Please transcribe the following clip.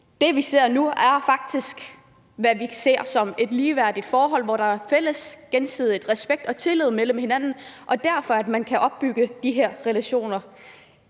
Det, der er nu, er faktisk, hvad vi ser som et ligeværdigt forhold, hvor der er fælles og gensidig respekt og tillid mellem os, og hvor man derfor kan også opbygge de her relationer.